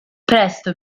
presto